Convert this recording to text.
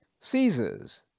Caesar's